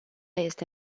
este